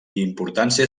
importància